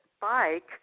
bike